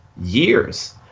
years